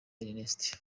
ernest